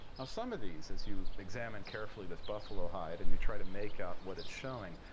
some of these, as you examine carefully this buffalo hide, and you try to make out what it's showing,